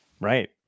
right